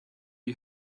you